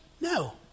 no